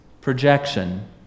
projection